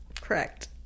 Correct